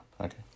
okay